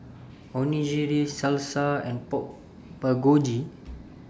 Onigiri Salsa and Pork Bulgogi